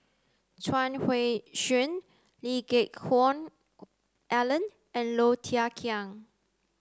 Chuang Hui Tsuan Lee Geck Hoon Ellen and Low Thia Khiang